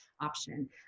option